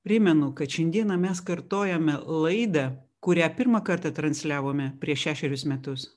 primenu kad šiandieną mes kartojame laidą kurią pirmą kartą transliavome prieš šešerius metus